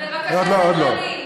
בבקשה, סדרנים.